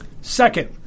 Second